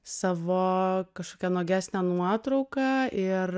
savo kažkokią nuogesnę nuotrauką ir